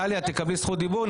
טלי, את תקבלי זכות דיבור.